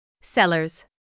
Sellers